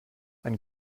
ein